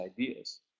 ideas